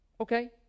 Okay